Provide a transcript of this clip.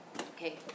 Okay